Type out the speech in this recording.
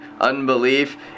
unbelief